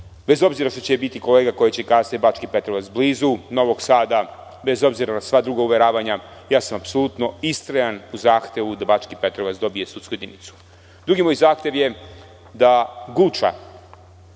bez obzira što će biti kolega koji će kazati da je Bački Petrovac blizu Novog Sada, bez obzira na sva druga uveravanja, ja sam apsolutno istrajan u zahtevu da Bački Petrovac dobije sudsku jedinicu. Drugi moj zahtev jeste da Guča